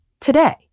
today